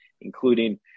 including